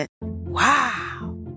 Wow